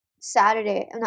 Saturday